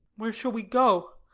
where shall we go?